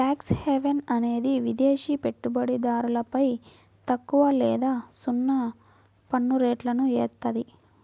tax haven అనేది విదేశి పెట్టుబడిదారులపై తక్కువ లేదా సున్నా పన్నురేట్లను ఏత్తాది